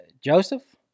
Joseph